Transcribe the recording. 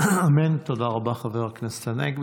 תודה רבה, חבר הכנסת הנגבי.